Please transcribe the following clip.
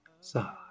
side